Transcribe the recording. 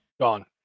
Gone